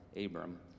Abram